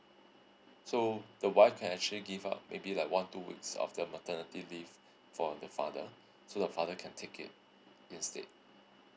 so the wife can actually give uh maybe like one two weeks of the maternity leave for the father so the father can take it instead